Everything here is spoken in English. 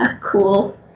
cool